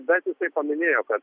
bet jisai paminėjo kad